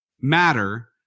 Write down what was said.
matter